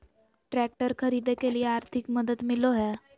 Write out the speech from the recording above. Tractor खरीदे के लिए आर्थिक मदद मिलो है?